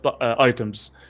items